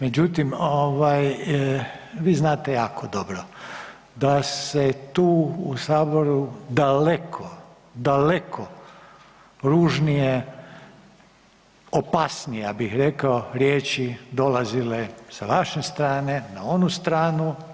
Međutim, vi znate jako dobro da se tu u Saboru daleko, daleko ružnije, opasnije ja bih rekao riječi dolazile sa vaše strane na onu stranu.